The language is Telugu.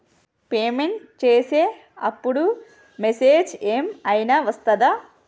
పేమెంట్ చేసే అప్పుడు మెసేజ్ ఏం ఐనా వస్తదా?